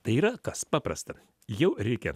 tai yra kas paprasta jau reikia